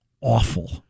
awful